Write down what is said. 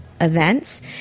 events